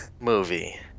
movie